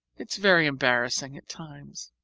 it's very embarrassing at times.